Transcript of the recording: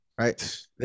Right